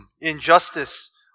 injustice